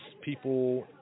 people